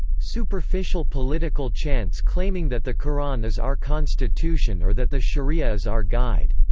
superficial political chants claiming that the qur'an is our constitution or that the shari'a is our guide,